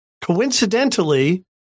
Coincidentally